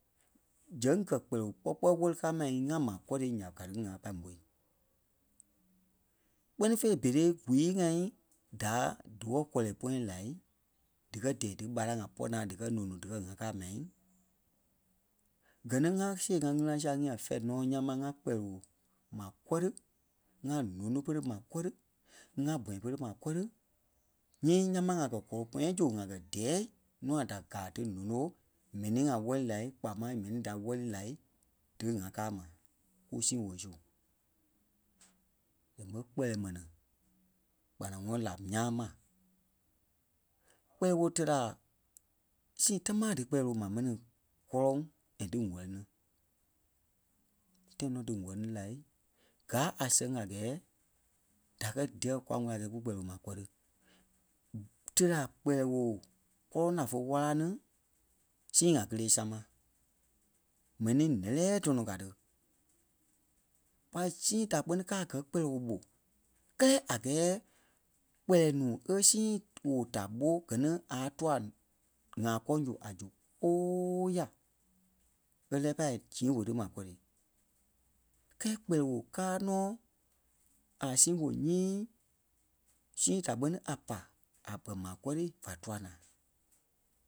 Zɛŋ gɛ̀ kpɛlɛɛ woo kpɔ kpɔ́ wɛ́li káa ma ŋa maa kɔ́ri nya ka ti ŋa pâi môi. Kpɛ́ni fêi berei gwii-ŋai da díwɔ̂ kɔlɔ pɔ̃yɛ la díkɛ dɛɛ dímaraŋ ŋai pɔ́ naa díkɛ nônoi díkɛ ŋ̀aa káa ma, gɛ ni ŋa see ŋa ŋgili-ŋa sia ǹyã fɛ̂ɛ nɔ ńyãa mȧŋ ŋa kpɛlɛɛ woo maa kɔ́ri ŋa nóno pere maa kɔ́ri, ŋa bɔ̃yɛ pere maa kɔri nyii ńyãa máŋ ŋa kɛ́ kɔlɔ pɔ̃yɛ zu ŋa kɛ̀ dɛɛ nûa da gáa dí nóno m̀ɛnii ŋa wɛ́li la kpaa máŋ m̀ɛni da wɛ̀li la díŋaa káa ma kú sii woo su. Zɛŋ ɓé kpɛlɛɛ mɛni kpanaŋɔɔ la ńyãa ma. Kpɛlɛɛ woo téla sii támaa dí kpɛlɛɛ woo maa mɛni kɔ́lɔŋ and dí wɛ̀linii. Tãi nɔ dí wɛ̀lini la gáa a sɛŋ a gɛɛ da kɛ́ diɛ kwa ŋwɛli a gɛɛ kú kpɛlɛɛ woo maa kɔ̀ri. Tela kpɛlɛɛ woo kɔ́lɔŋ la fé wala ní sii ŋa kélee sama. M̀ɛnii lɛ́lɛɛ dɔnɔ ka tí. Kwa sii da kpɛ́ni kaa gɛ kpɛlɛɛ woo ɓó kɛ́lɛ a gɛɛ kpɛlɛɛ núu e sii woo da ɓó gɛ ni a tua ŋakɔɔŋ su ŋa zu kóyaa é lɛ́ɛ pâi zii woo tí maa kɔri. Kɛɛ kpɛlɛ woo káa nɔ́ a sii woo nyii sii da kpɛni a pà a pɛ maa kɔ̀ri và tua naa.